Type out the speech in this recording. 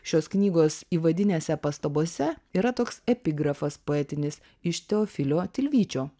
šios knygos įvadinėse pastabose yra toks epigrafas poetinis iš teofilio tilvyčio